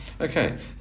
Okay